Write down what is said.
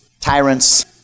tyrants